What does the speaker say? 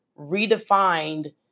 redefined